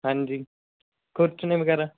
ਹਾਂਜੀ ਕੁਛ ਨੇ ਵਗੈਰਾ